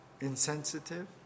insensitive